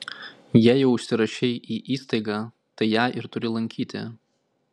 jei jau užsirašei į įstaigą tai ją ir turi lankyti